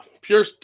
pure